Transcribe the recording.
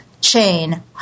Chain